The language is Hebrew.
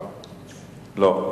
לא.